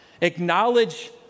acknowledge